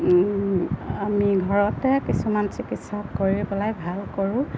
আমি ঘৰতে কিছুমান চিকিৎসা কৰি পেলাই ভাল কৰোঁ